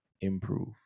improve